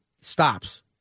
stops